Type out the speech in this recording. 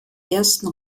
ersten